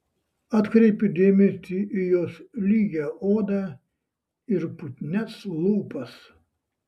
atkreipiu dėmesį į jos lygią odą ir putnias lūpas